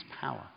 power